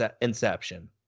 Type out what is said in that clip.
Inception